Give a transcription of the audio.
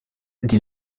die